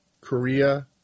Korea